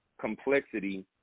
complexity